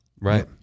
Right